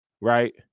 right